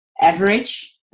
average